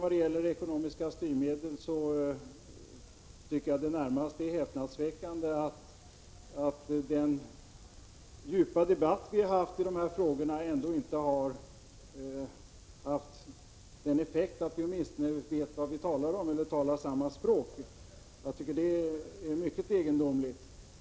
Vad gäller ekonomiska styrmedel tycker jag det är närmast häpnadsväckande att den djupa debatt vi har fört i de här frågorna inte ens har haft den effekten att vi vet vad vi talar om eller åtminstone talar samma språk. Det är mycket egendomligt.